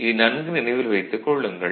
இதை நன்கு நினைவில் வைத்துக் கொள்ளுங்கள்